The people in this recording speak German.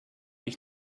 ich